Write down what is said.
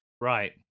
Right